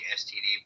std